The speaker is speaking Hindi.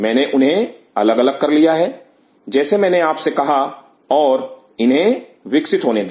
मैंने उन्हें अलग अलग कर लिया है जैसे मैंने आपसे कहा और इन्हें विकसित होने दिया